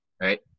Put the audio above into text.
right